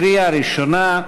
קריאה ראשונה.